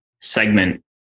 segment